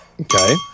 Okay